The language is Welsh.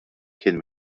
cyn